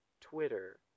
Twitter